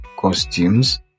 costumes